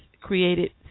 created